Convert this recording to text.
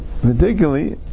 Particularly